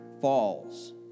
falls